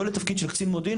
לא לתפקיד של קצין מודיעין,